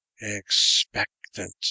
expectant